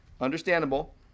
understandable